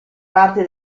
parte